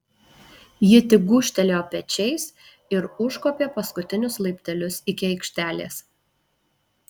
ji tik gūžtelėjo pečiais ir užkopė paskutinius laiptelius iki aikštelės